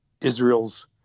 Israel's